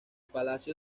palacio